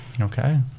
Okay